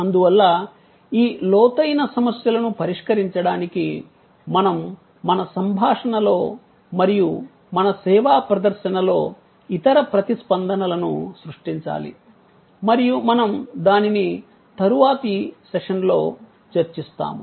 అందువల్ల ఈ లోతైన సమస్యలను పరిష్కరించడానికి మనం మన సంభాషణలో మరియు మన సేవా ప్రదర్శనలో ఇతర ప్రతిస్పందనలను సృష్టించాలి మరియు మనం దానిని తదుపరి సెషన్లో చర్చిస్తాము